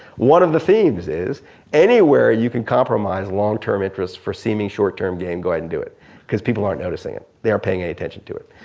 one of the themes is anywhere you can compromise long term interest for see me short term gain go ahead and do it cause people aren't noticing it. they're not paying any attention to it.